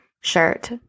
shirt